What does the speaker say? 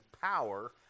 power